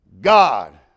God